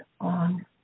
on